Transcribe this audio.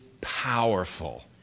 powerful